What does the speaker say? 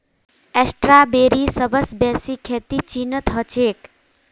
स्ट्रॉबेरीर सबस बेसी खेती चीनत ह छेक